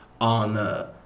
on